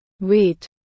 Wait